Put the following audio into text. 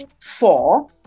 four